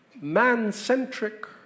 man-centric